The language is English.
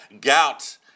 gout